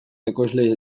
ekoizle